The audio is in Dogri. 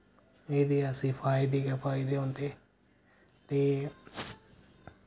एह्दे असें फायदे गै फायदे होंदे ते